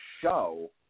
show